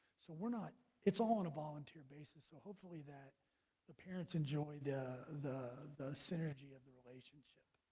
so we're not it's all on a volunteer basis so hopefully that the parents enjoy the the the synergy of the relationship